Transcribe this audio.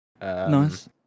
Nice